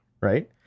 right